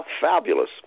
Fabulous